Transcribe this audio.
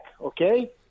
okay